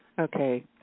Okay